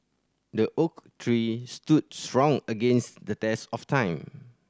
the oak tree stood strong against the test of time